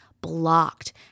blocked